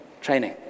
training